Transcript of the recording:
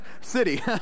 city